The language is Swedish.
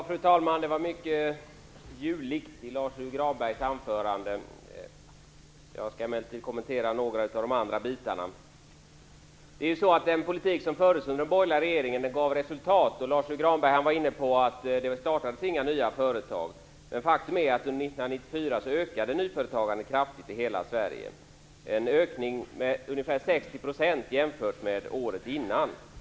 Fru talman! Det var mycket jullikt i Lars U Granbergs anförande. Jag skall emellertid kommentera några av de andra bitarna. Den politik som fördes under den borgerliga regeringen gav resultat. Lars U Granberg sade att det inte startades några nya företag. Faktum är att nyföretagandet under 1994 ökade kraftigt i hela Sverige. Det är en ökning med ca 60 % jämfört med året innan.